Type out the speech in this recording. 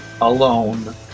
alone